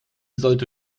sollte